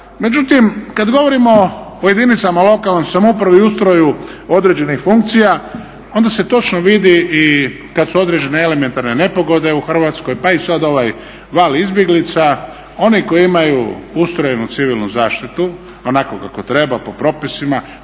Međutim, kada govorimo o jedinicama lokalne samouprave i ustroju određenih funkcija onda se točno vidi i kada su određene elementarne nepogode u Hrvatskoj pa i sada ovaj val izbjeglica oni koji imaju ustrojenu civilnu zaštitu onako kako treba, po propisima,